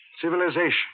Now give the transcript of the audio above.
civilization